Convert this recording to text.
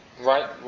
right